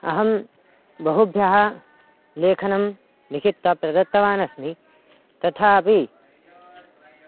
अहं बहुभ्यः लेखनं लिखित्वा प्रदत्तवान् अस्मि तथापि